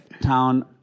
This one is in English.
town